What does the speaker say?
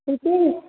Ritesh